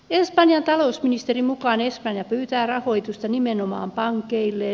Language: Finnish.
espanjan talousministerin mukaan espanja pyytää rahoitusta nimenomaan pankeilleen